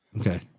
Okay